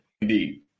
indeed